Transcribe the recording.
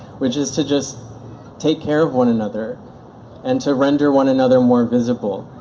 which is to just take care of one another and to render one another more visible